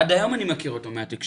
עד היום אני מכיר אותו מהתקשורת.